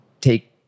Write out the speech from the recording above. take